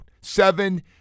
seven